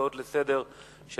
הצעות לסדר-היום,